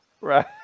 Right